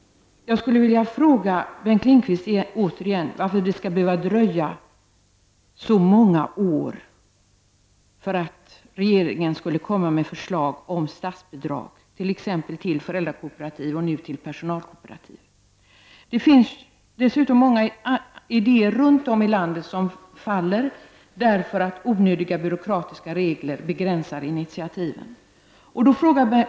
Jag vill återigen fråga Bengt Lindqvist varför det skulle behöva dröja så många år för att regeringen skulle komma med förslag om statsbidrag till t.ex. Det finns dessutom många idéer runt om i landet som faller, eftersom onödiga byråkratiska regler begränsar initiativen.